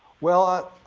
well,